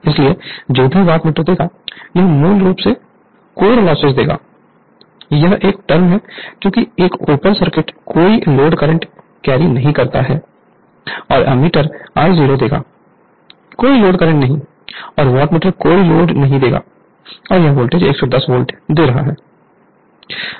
इसलिए जो भी वाटमीटर देगा वह मूल रूप से कोर लॉस देगा यह एक टर्म है क्योंकि एक ओपन सर्किट कोई लोड करंट कैरी नहीं करता और एम्मीटर I0 देगा कोई लोड करंट नहीं और वाटमीटर कोई लोड नहीं देगा और यह वोल्टेज 110 वोल्ट दे रहा है